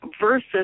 versus